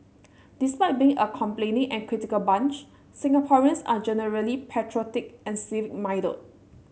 despite being a complaining and critical bunch Singaporeans are generally patriotic and civic minded